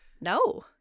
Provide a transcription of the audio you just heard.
No